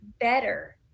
better